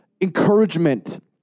encouragement